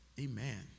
amen